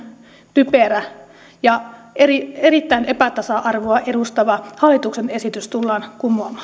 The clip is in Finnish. typerä ja erittäin epätasa arvoinen hallituksen esitys tullaan